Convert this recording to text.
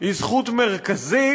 היא זכות מרכזית,